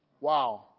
Wow